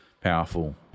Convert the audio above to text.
powerful